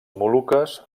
moluques